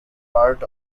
part